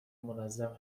منظم